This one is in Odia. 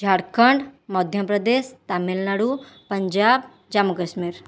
ଝାଡ଼ଖଣ୍ଡ ମଧ୍ୟପ୍ରଦେଶ ତାମିଲନାଡ଼ୁ ପଞ୍ଜାବ ଜାମ୍ମୁ କାଶ୍ମୀର